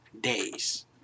days